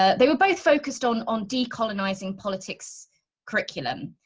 ah they were both focused on on decolonizing politics curriculum,